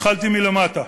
התחלתי מלמטה,